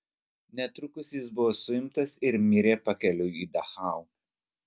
netrukus jis buvo suimtas ir mirė pakeliui į dachau